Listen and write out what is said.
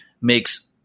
makes